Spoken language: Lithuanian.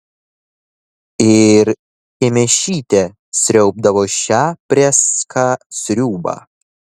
ir kemėšytė sriaubdavo šią prėską sriubą